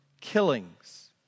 killings